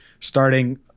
starting